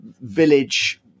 village